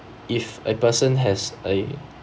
if a person has a